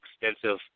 extensive